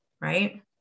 right